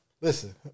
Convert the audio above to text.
Listen